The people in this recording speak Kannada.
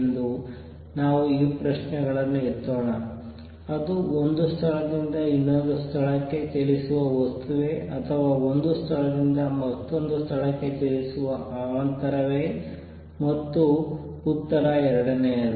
ಎಂದು ನಾವು ಈ ಪ್ರಶ್ನೆಗಳನ್ನು ಎತ್ತೋಣ ಅದು ಒಂದು ಸ್ಥಳದಿಂದ ಇನ್ನೊಂದು ಸ್ಥಳಕ್ಕೆ ಚಲಿಸುವ ವಸ್ತುವೇ ಅಥವಾ ಅದು ಒಂದು ಸ್ಥಳದಿಂದ ಮತ್ತೊಂದು ಸ್ಥಳಕ್ಕೆ ಚಲಿಸುವ ಅವಾಂತರವೇ ಮತ್ತು ಉತ್ತರ ಎರಡನೆಯದು